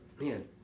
Man